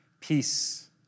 Peace